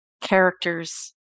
characters